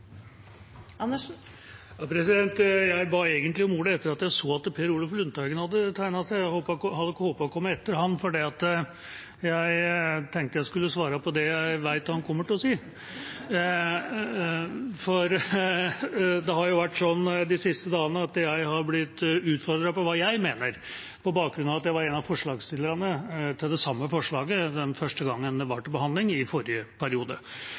Jeg ba egentlig om ordet etter at jeg så at Per Olaf Lundteigen hadde tegnet seg, og hadde håpet å komme etter han, for jeg tenkte jeg skulle svare på det jeg vet han kommer til å si. Det har vært sånn de siste dagene at jeg har blitt utfordret på hva jeg mener, på bakgrunn av at jeg var en av forslagsstillerne til det samme forslaget den første gangen det var til behandling, i forrige periode.